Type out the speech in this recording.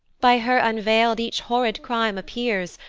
by her unveil'd each horrid crime appears,